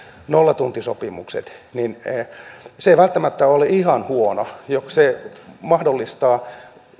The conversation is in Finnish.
nollatuntisopimukset ei välttämättä ole ihan huono kun se mahdollistaa